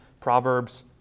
Proverbs